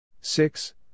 Six